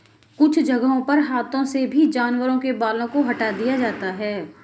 कुछ जगहों पर हाथों से भी जानवरों के बालों को हटा दिया जाता है